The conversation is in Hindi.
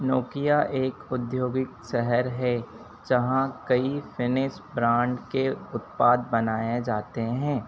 नोकिया एक औद्योगिक शहर है जहाँ कई फिनिस ब्रांड के उत्पाद बनाए जाते हैं